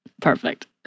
Perfect